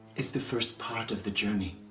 is the first part of the journey.